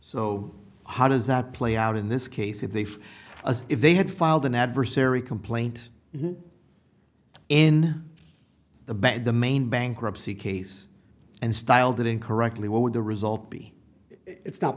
so how does that play out in this case if they feel as if they had filed an adversary complaint in the bed the main bankruptcy case and styled it incorrectly what would the result be it's not